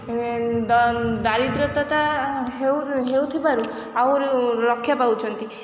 ଦାରିଦ୍ରତା ହେଉଥିବାରୁ ରକ୍ଷା ପାଉଛନ୍ତି ଏବଂ